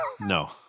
no